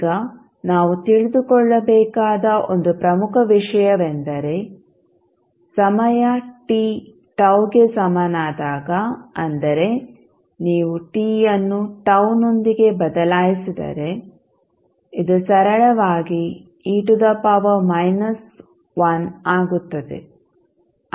ಈಗ ನಾವು ತಿಳಿದುಕೊಳ್ಳಬೇಕಾದ ಒಂದು ಪ್ರಮುಖ ವಿಷಯವೆಂದರೆ ಸಮಯ t τ ಗೆ ಸಮನಾದಾಗ ಅಂದರೆ ನೀವು t ಅನ್ನು τ ನೊಂದಿಗೆ ಬದಲಾಯಿಸಿದರೆ ಇದು ಸರಳವಾಗಿ ಆಗುತ್ತದೆ